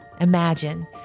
imagine